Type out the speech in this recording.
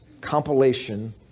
compilation